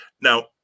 Now